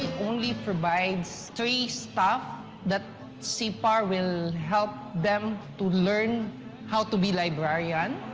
only provides three staff that sipar will help them to learn how to be librarian,